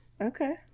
Okay